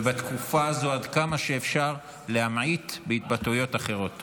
ובתקופה הזו להמעיט בהתבטאויות אחרות עד כמה שאפשר.